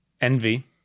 Envy